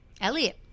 Elliot